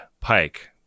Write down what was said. Pike